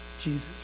Jesus